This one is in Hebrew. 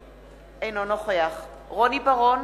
אינו נוכח רוני בר-און,